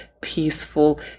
peaceful